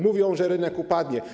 Mówią, że rynek upadnie.